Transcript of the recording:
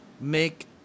make